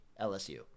LSU